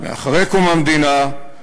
אחרי קום המדינה,